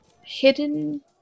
hidden